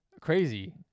crazy